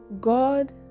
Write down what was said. god